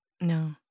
No